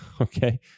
Okay